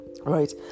right